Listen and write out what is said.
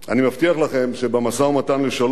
אני מבטיח לכם שבמשא-ומתן לשלום